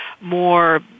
more